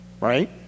Right